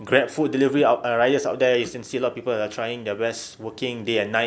grab food delivery riders out there you see a lot of people are trying their best working day and night